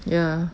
ya